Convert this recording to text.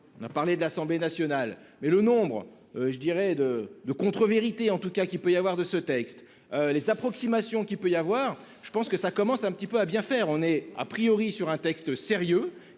On a parlé de l'Assemblée nationale. Mais le nombre je dirais de de contrevérités en tout cas qu'il peut y avoir de ce texte les approximations qu'il peut y avoir, je pense que ça commence un petit peu à bien faire, on est a priori sur un texte sérieux,